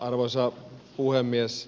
arvoisa puhemies